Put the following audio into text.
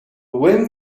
wind